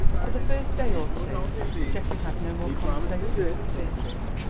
for the first day or two geoffrey had no more conversations with beatrice.